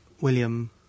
William